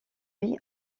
lui